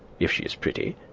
if she is pretty,